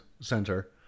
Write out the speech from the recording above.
center